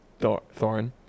Thorin